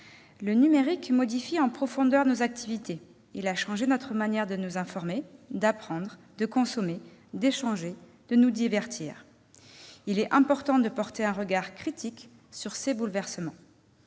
Le numérique modifie en profondeur nos activités. Il a changé notre manière de nous informer, d'apprendre, de consommer, d'échanger, de nous divertir. Il est important de porter un regard critique sur ces bouleversements.